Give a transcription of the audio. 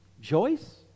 Joyce